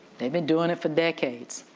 they've been doing it for decades.